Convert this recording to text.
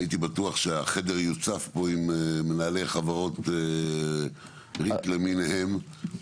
אני הייתי בטוח שהחדר יוצף פה עם מנהלי חברות ריט למיניהם.